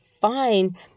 fine